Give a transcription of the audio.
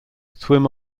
swim